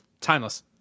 Timeless